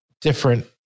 different